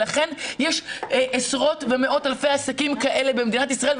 יש עשרות ומאות אלפי עסקים כאלה במדינת ישראל,